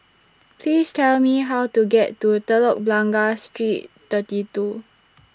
Please Tell Me How to get to Telok Blangah Street thirty two